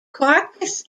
carcass